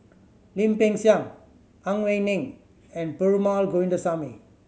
Lim Peng Siang Ang Wei Neng and Perumal Govindaswamy